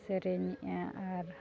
ᱥᱮᱨᱮᱧᱮᱜᱼᱟ ᱟᱨ